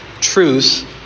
truth